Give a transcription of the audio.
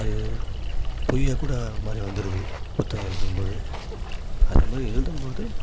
அது பொய்யாக கூட மாறி வந்துடுது புத்தகம் எழுதும்போது அந்த மாதிரி எழுதும்போது